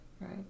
right